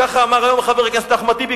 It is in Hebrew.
כך אמר היום חבר הכנסת אחמד טיבי,